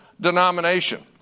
denomination